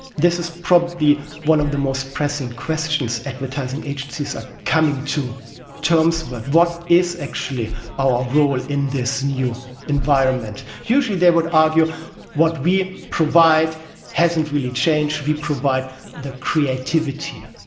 this is probably one of the most pressing questions advertising agencies are coming to terms with but what is actually our role in this new environment? usually they would argue what we provide hasn't really changed, we provide the creativity,